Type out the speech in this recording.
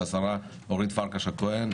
זו השרה אורית פרקש הכהן.